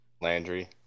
Landry